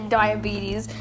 diabetes